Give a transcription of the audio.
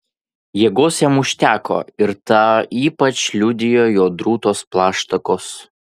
jėgos jam užteko ir tą ypač liudijo jo drūtos plaštakos